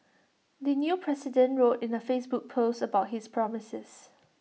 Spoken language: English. the new president wrote in A Facebook post about his promises